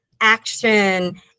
action